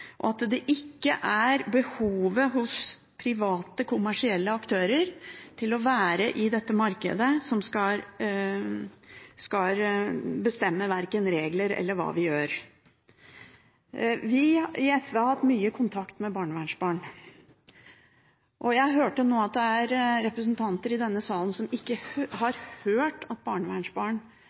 og at det ikke er behovet til private, kommersielle aktører for å være i dette markedet som skal bestemme verken regler eller hva vi gjør. Vi i SV har hatt mye kontakt med barnevernsbarn. Jeg hørte nå at det er representanter i denne sal som ikke har hørt at barnevernsbarn